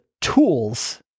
tools